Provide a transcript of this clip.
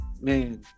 man